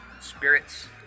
spirits